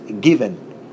given